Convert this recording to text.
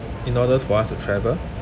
in order for us to travel